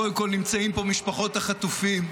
קודם כול נמצאות פה משפחות החטופים.